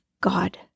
God